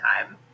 time